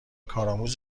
کارآموز